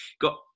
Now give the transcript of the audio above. Got